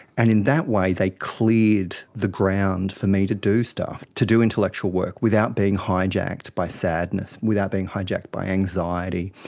and in that way they cleared the ground for me to do stuff, to do intellectual work without being hijacked by sadness, without being hijacked by anxiety,